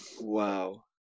Wow